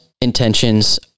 intentions